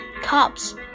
cups